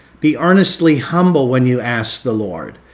be earnestly humble when you ask the lord.